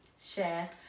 share